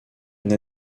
une